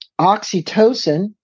oxytocin